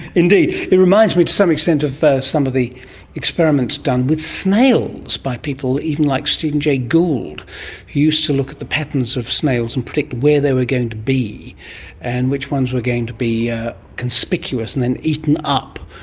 indeed. it reminds me to some extent of some of the experiments done with snails by people even like stephen jay gould who used to look at the patterns of snails and predict where they were going to be and which ones were going to be conspicuous and then eaten up,